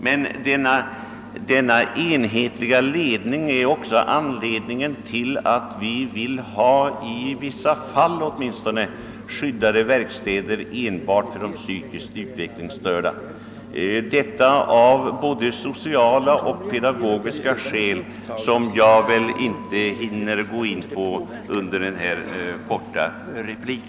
Men denna enhetliga ledning är också skälet till att vi i vissa fall vill ha skyddade verkstäder enbart för de psykiskt utvecklingsstörda — detta av både sociala och pedagogiska skäl som jag inte närmare hinner att gå in på i en kort replik.